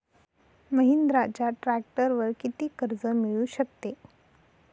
महिंद्राच्या ट्रॅक्टरवर किती कर्ज मिळू शकते?